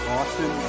Austin